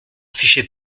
fichez